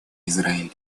израиль